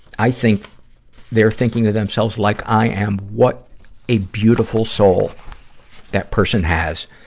i think they're thinking to themselves, like i am, what a beautiful soul that person has,